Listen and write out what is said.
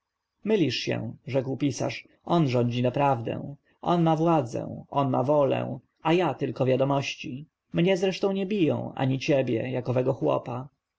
mylisz się rzekł pisarz on rządzi naprawdę on ma władzę on ma wolę a ja tylko wiadomości mnie zresztą nie biją ani ciebie jak owego chłopa